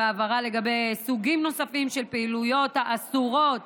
בהבהרה לגבי סוגים נוספים של פעילויות האסורות